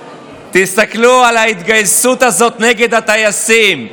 תסתכלו על ההתגייסות הזאת נגד הטייסים.